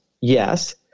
Yes